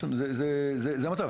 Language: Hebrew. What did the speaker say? זה המצב.